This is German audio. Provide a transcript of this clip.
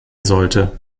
sollte